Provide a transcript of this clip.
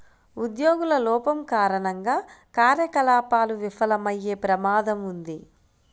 ఉద్యోగుల లోపం కారణంగా కార్యకలాపాలు విఫలమయ్యే ప్రమాదం ఉంది